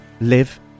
live